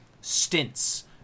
stints